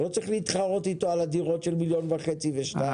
אתה צריך להתחרות איתו על דירות של 1.5 2 מיליון.